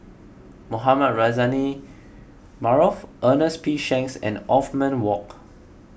Mohamed Rozani Maarof Ernest P Shanks and Othman Wok